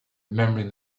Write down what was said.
remembering